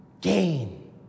gain